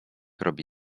robi